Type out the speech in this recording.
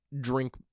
drink